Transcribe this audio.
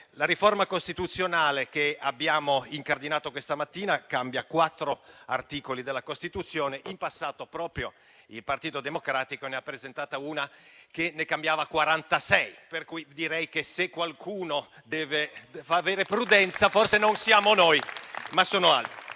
La riforma costituzionale, che abbiamo incardinato questa mattina, cambia quattro articoli della Costituzione, mentre in passato proprio il Partito Democratico ne aveva presentata una che ne cambiava quarantasei. Per cui direi che, se qualcuno deve avere prudenza, forse non siamo noi, ma sono altri.